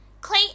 Clay